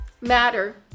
matter